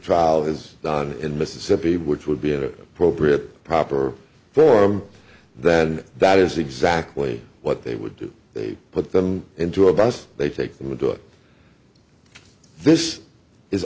trial has done in mississippi which would be a proprium proper form then that is exactly what they would do they put them into a bus they take them to do it this is